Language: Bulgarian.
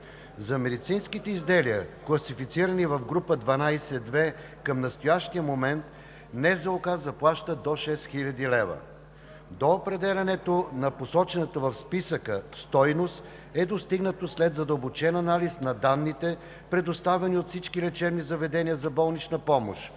За медицинските изделия, класифицирани в група 12-2, към настоящия момент Националната здравноосигурителна каса заплаща до 6 хил. лв. До определянето на посочената в списъка стойност е достигнато след задълбочен анализ на данните, предоставени от всички лечебни заведения за болнична помощ,